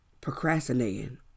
procrastinating